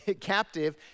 captive